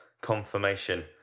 confirmation